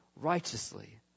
righteously